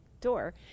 door